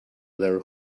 their